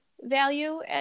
value